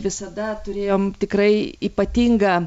visada turėjom tikrai ypatingą